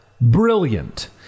Brilliant